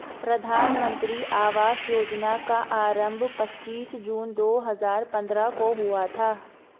प्रधानमन्त्री आवास योजना का आरम्भ पच्चीस जून दो हजार पन्द्रह को हुआ था